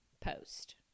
post